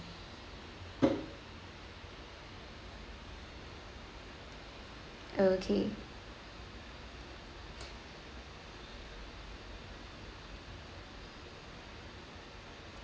okay